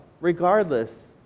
regardless